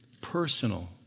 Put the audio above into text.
personal